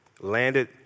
landed